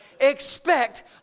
expect